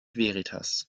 veritas